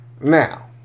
Now